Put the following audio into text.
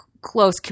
close